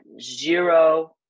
zero